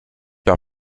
par